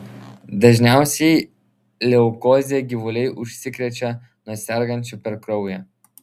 dažniausiai leukoze gyvuliai užsikrečia nuo sergančių per kraują